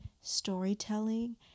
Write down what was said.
storytelling